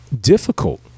difficult